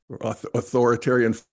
authoritarian